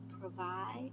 provide